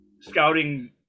scouting